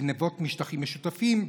גנבות משטחים משותפים,